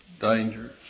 dangers